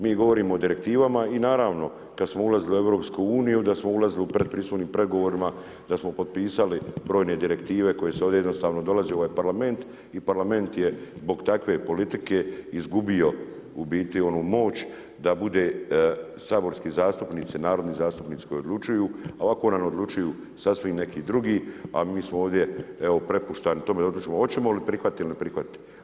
Mi govorimo o direktivama i naravno, kad smo ulazili u EU da smo ulazili u predpristupnim pregovorima da smo potpisali brojne direktive koje su ovdje jednostavno dolazile u ovaj parlament i parlament je zbog takve politike izgubio u biti onu moć da bude saborski zastupnici, narodni zastupnici koji odlučuju, a ovako nam odlučuju sasvim neki drugi, a mi smo ovdje prepušteni tome hoćemo li prihvatiti ili ne prihvatiti.